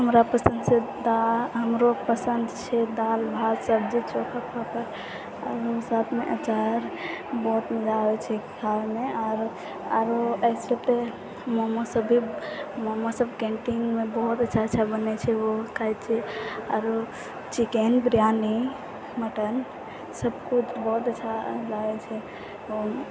हमरा पसन्द छै दालि हमरा पसन्द छै दालि भात सब्जी चोखा पापड़ आओर साथमे अचार बहुत मजा आबै छै खाइमे आओर अइसे तऽ मोमोजसब भी मोमोजसब कैन्टीनमे बहुत अच्छा अच्छा बनै छै ओहो खाइ छिए आओर चिकन बिरयानी मटन सबकिछु बहुत अच्छा लागै छै